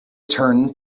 turned